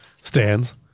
stands